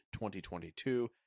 2022